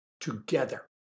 together